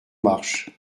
marche